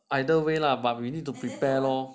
either way lah but you need to prepare lor